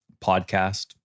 Podcast